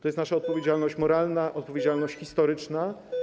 To jest nasza odpowiedzialność moralna, odpowiedzialność historyczna.